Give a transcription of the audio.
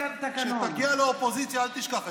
כשתגיע לאופוזיציה אל תשכח את זה.